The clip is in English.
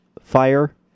fire